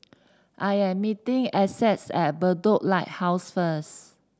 I am meeting Essex at Bedok Lighthouse first